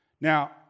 Now